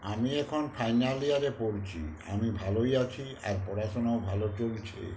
আমি এখন ফাইনাল ইয়ারে পড়ছি আমি ভালোই আছি আর পড়াশোনাও ভালো চলছে